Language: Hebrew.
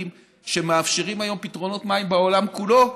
שמאפשרים היום פתרונות מים בעולם כולו,